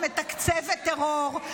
תומכת טרור מכספי